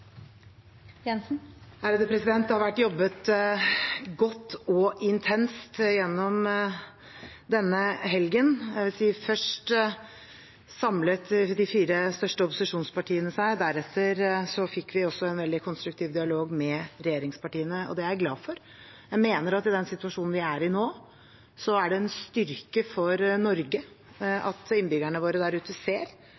Det har vært jobbet godt og intenst gjennom denne helgen. Først samlet de fire største opposisjonspartiene seg, deretter fikk vi også en veldig konstruktiv dialog med regjeringspartiene, og det er jeg glad for. Jeg mener at i den situasjonen vi er i nå, er det en styrke for Norge